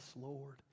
Lord